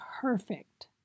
perfect